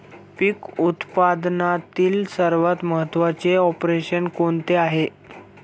पीक उत्पादनातील सर्वात महत्त्वाचे ऑपरेशन कोणते आहे?